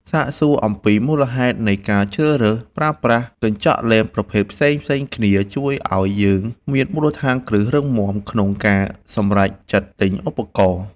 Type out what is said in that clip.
សាកសួរអំពីមូលហេតុនៃការជ្រើសរើសប្រើប្រាស់កញ្ចក់លែនប្រភេទផ្សេងៗគ្នាជួយឱ្យយើងមានមូលដ្ឋានគ្រឹះរឹងមាំក្នុងការសម្រេចចិត្តទិញឧបករណ៍។